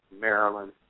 Maryland